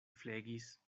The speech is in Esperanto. flegis